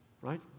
Right